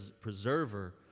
preserver